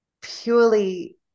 purely